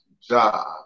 job